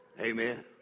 Amen